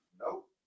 Nope